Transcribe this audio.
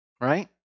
right